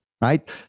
right